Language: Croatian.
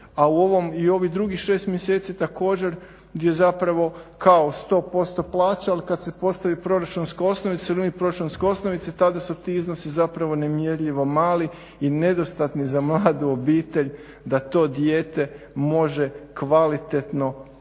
A i ovih drugih 6 mjeseci također gdje kao 100% plaća ali kada se postavi proračunska osnovica … osnovice tada su ti iznosi nemjerljivo mali i nedostatni za mladu obitelj da to dijete može kvalitetno opskrbiti,